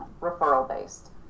referral-based